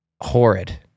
horrid